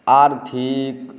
आर्थिक